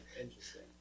Interesting